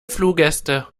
fluggäste